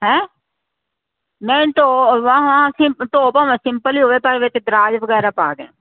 ਹੈ ਨਹੀ ਢੋ ਬਾਕੀ ਸਿੰਪਲ ਹੀ ਹੋਵੇ ਪਰ ਵਿੱਚ ਦਰਾਜ ਵਗੈਰਾ ਪਾ ਦੇਣ